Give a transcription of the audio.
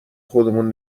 خودمون